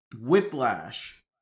Whiplash